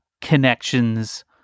connections